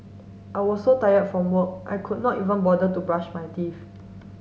I was so tired from work I could not even bother to brush my teeth